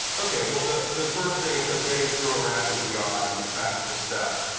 okay. well, the the first thing, it says, getting through iraq and beyond some practical steps.